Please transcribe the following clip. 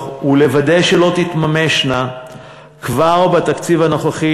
ולוודא שלא תתממשנה כבר בתקציב הנוכחי,